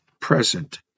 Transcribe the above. present